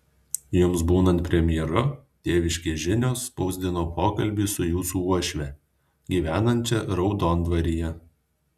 jums būnant premjeru tėviškės žinios spausdino pokalbį su jūsų uošve gyvenančia raudondvaryje